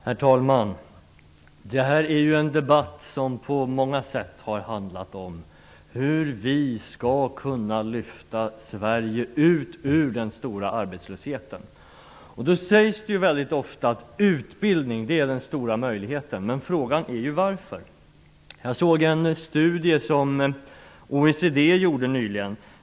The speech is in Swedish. Herr talman! Det här är en debatt som på många sätt har handlat om hur vi skall kunna lyfta Sverige upp ur den stora arbetslösheten. Det sägs ofta att utbildning är den stora möjligheten. Frågan är varför. Jag såg en studie som OECD gjorde nyligen.